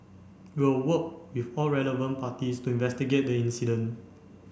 we will work with all relevant parties to investigate the incident